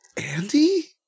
Andy